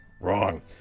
wrong